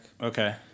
Okay